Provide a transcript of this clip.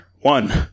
one